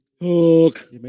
Hook